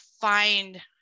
find